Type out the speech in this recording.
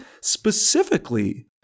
specifically